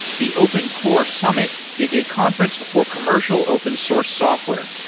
the open core summit is a conference before commercial open source software.